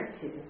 two